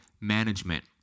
management